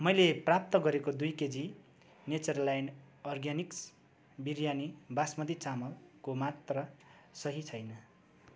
मैले प्राप्त गरेको दुई KG Natureland Organics biryani basmati चामलको मात्रा सही छैन